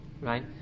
right